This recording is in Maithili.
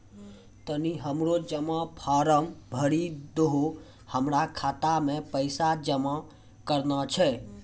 तनी हमरो जमा फारम भरी दहो, हमरा खाता मे पैसा जमा करना छै